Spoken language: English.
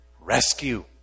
rescue